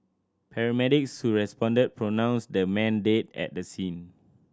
paramedics who responded pronounced the man dead at the scene